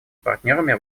партнерами